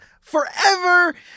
forever